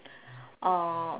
uh